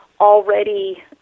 already